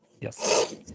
Yes